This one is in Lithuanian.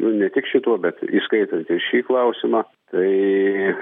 nu ne tik šituo bet įskaitant ir šį klausimą tai